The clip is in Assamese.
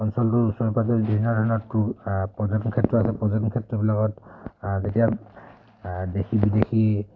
অঞ্চলটোৰ ওচৰে পাঁজৰে বিভিন্ন ধৰণৰ টুৰ পৰ্যটন ক্ষেত্ৰ আছে পৰ্যটন ক্ষেত্ৰবিলাকত যেতিয়া দেশী বিদেশী